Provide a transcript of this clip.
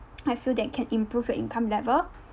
I feel that can improve your income level